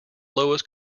lowest